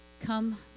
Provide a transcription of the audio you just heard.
Come